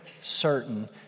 certain